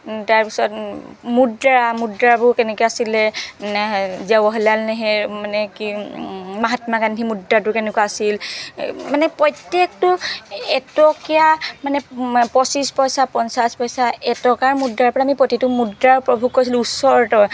তাৰপাছত মুদ্ৰা মুদ্ৰাবোৰ কেনেকৈ আছিলে জৱাহৰলাল নেহ মানে কি মহাত্মা গান্ধী মুদ্ৰাটো কেনেকুৱা আছিল মানে প্ৰত্যেকটো এটকীয়া মানে পঁচিছ পইচা পঞ্চাছ পইচা এটকাৰ মুদ্ৰাৰ পৰা আমি প্ৰতিটো মুদ্ৰা উপভোগ কৰিছিলো ওচৰতে